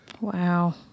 Wow